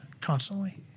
constantly